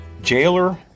Jailer